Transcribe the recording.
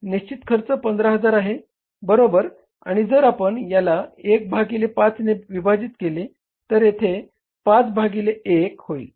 निश्चित खर्च 15000 आहे बरोबर आणि जर आपण याला 1 भागिले 5 ने विभाजित केले तर ते येथे 5 भागिले 1 होईल